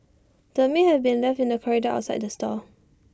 the meat had been left in the corridor outside the stall